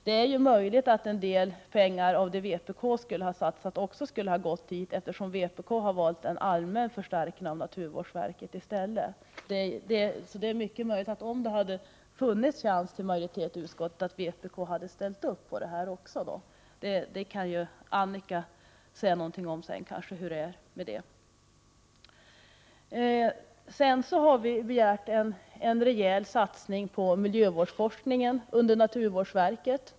Det är dock möjligt att en del av de pengar som vpk skulle ha satsat också skulle ha gått dit, eftersom vpk har valt en allmän förstärkning av naturvårdsverket i stället. Om det hade funnits en chans till majoritet i utskottet, är det mycket möjligt att vpk också hade ställt upp på detta. Annika Åhnberg kanske kan belysa den frågan senare. Vi har vidare begärt en rejäl satsning på miljövårdsforskningen under naturvårdsverket.